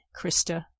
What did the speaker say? Krista